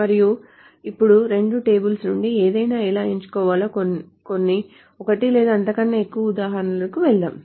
మరియు ఇప్పుడు రెండు టేబుల్స్ నుండి ఏదైనా ఎలా ఎంచుకోవాలో కొన్ని ఒకటి లేదా అంతకంటే ఎక్కువ ఉదాహరణలకు వెళ్దాం